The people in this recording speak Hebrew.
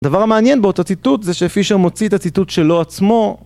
הדבר המעניין באותה ציטוט זה שפישר מוציא את הציטוט שלו עצמו